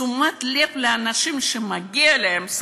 תשומת לב לאנשים שמגיע להם.